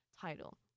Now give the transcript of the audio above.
title